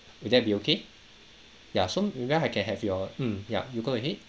would that be okay yeah so maybe I can have your mm ya you go ahead